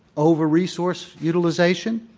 over resource utilization,